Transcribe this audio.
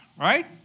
right